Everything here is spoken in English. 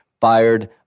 Fired